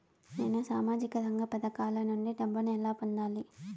నేను సామాజిక రంగ పథకాల నుండి డబ్బుని ఎలా పొందాలి?